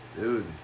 Dude